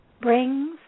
brings